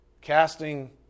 casting